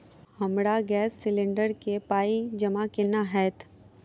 हमरा gas cylinder केँ पाई जमा केना हएत?